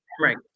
Right